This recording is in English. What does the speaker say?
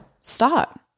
stop